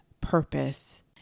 purpose